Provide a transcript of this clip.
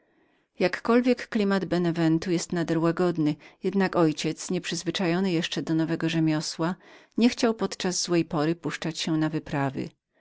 jakkolwiek klimat benewentu jest nader łagodnym jednak mój ojciec nie przyzwyczajony do rzemiosła nie chciał podczas złej pory puszczać się na nowe wyprawy